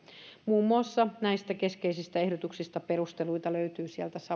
muun muassa näistä keskeisistä ehdotuksista perusteluita löytyy sieltä